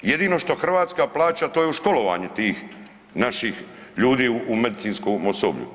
Jedino što Hrvatska plaća to je u školovanje tih naših ljudi u medicinskom osoblju.